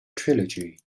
trilogy